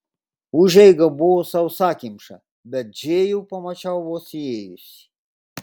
užeiga buvo sausakimša bet džėjų pamačiau vos įėjusi